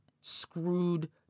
screwed